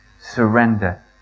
surrender